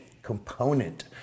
component